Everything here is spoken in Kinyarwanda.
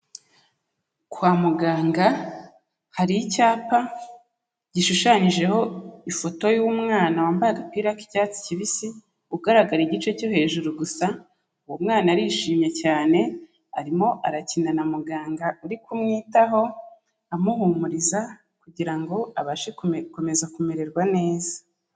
Kwa muganga hari icyapa gishushanyijeho ifoto y'umwana wambaye agapira k'icyatsi kibisi, ugaragara igice cyo hejuru gusa, uwo mwana arishimye cyane, arimo arakina na muganga uri kumwitaho, amuhumuriza kugira ngo abashe gukomeza kumererwa neza.